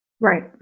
Right